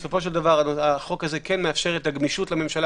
בסופו של דבר החוק הזה מאפשר את הגמישות לממשלה